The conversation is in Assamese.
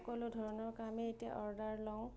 সকলো ধৰণৰ কামেই এতিয়া অৰ্ডাৰ লওঁ